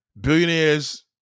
Billionaires